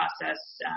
process